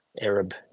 Arab